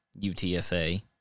UTSA